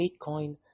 Bitcoin